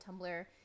Tumblr